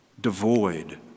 devoid